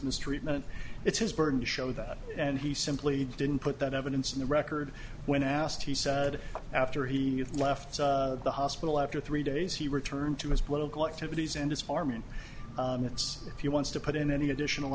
mistreatment it's his burden to show that and he simply didn't put that evidence in the record when asked he said after he left the hospital after three days he returned to his political activities and his farm in minutes if you want to put in any additional